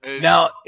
Now